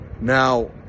Now